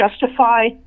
justify